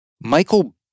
Michael